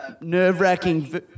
nerve-wracking